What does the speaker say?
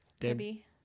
Debbie